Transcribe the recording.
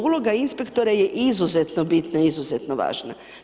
Uloga inspektora je izuzetno bitna, izuzetno važna.